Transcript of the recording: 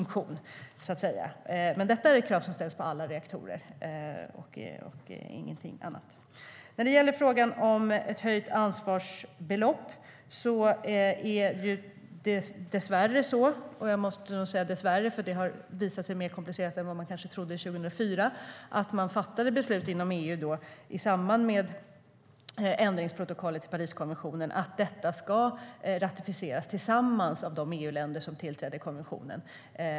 Dessa krav ställs på alla reaktorer och ingenting annat. När det gäller frågan om höjt ansvarsbelopp är det dessvärre så - jag måste säga dessvärre, för det har visat sig vara mer komplicerat än man kanske trodde 2004 - att när EU-länderna i samband med ändringsprotokollet till Pariskonventionen fattade beslut om detta beslutades också att det ska ratificeras tillsammans av de EU-länder som tillträder konventionen.